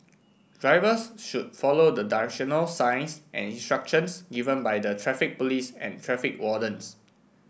drivers should follow the directional signs and instructions given by the Traffic Police and traffic wardens